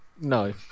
No